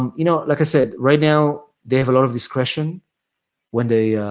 um you know like i said, right now, they have a lot of discretion when they